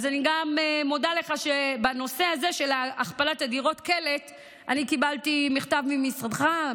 אני גם מודה לך שבנושא הזה של הכפלת דירות קלט אני קיבלתי מכתב ממשרדך,